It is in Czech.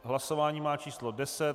Hlasování má číslo 10.